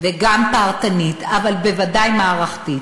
וגם פרטנית, אבל בוודאי מערכתית.